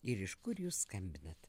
ir iš kur jūs skambinat